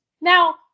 Now